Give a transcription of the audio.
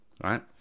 right